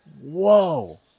Whoa